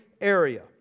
area